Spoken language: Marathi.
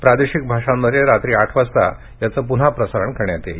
प्रादेशिक भाषांमध्ये रात्री आठ वाजता याचं पुन्हा प्रसारण करण्यात येणार आहे